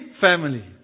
family